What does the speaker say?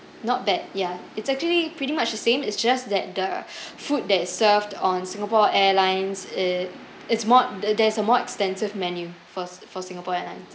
not bad ya it's actually pretty much the same it's just that the food that is served on singapore airlines it is more there there's a more expensive menu for for singapore airline